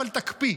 אבל תקפיא.